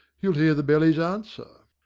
you'll hear the belly's answer.